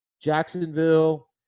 Jacksonville